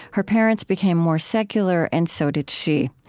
her parents became more secular and so did she.